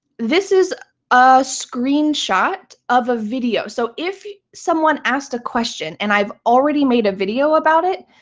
this is a screenshot of a video. so if someone asked a question and i've already made a video about it,